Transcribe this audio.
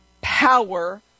power